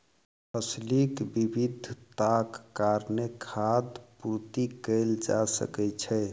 फसीलक विविधताक कारणेँ खाद्य पूर्ति कएल जा सकै छै